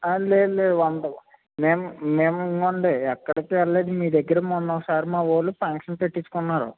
లేదులేదు వంద మేము మేము మండి ఎక్కడికి వెళ్ళేది మీ దగ్గర మొన్న ఓ సారి మా వాళ్ళు ఫంక్షన్ పెట్టించుకున్నారు